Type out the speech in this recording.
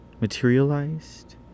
materialized